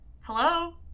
Hello